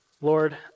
Lord